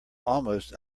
almost